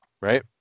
right